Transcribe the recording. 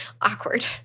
Awkward